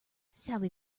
sally